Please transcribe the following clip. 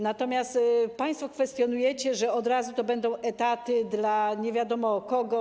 Natomiast państwo to kwestionujecie, mówicie od razu, że to będą etaty dla nie wiadomo kogo.